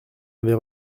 avais